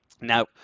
Now